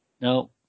No